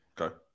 Okay